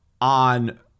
on